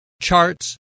charts